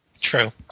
True